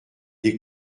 des